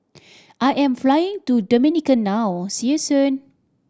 I am flying to Dominica now see you soon